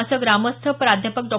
असं ग्रामस्थ प्राध्यापक डॉ